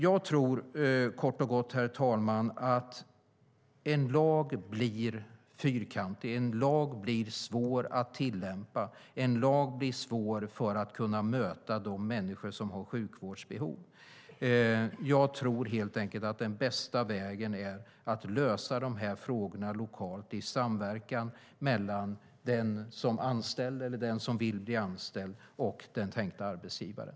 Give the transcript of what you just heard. Jag tror, kort och gott, att en lag blir fyrkantig och svår för att möta de människor som har sjukvårdsbehov. Jag tror helt enkelt att den bästa vägen är att lösa de här frågorna lokalt, i samverkan mellan den som vill bli anställd och den tilltänkta arbetsgivaren.